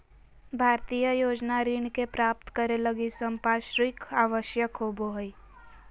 भारतीय योजना ऋण के प्राप्तं करे लगी संपार्श्विक आवश्यक होबो हइ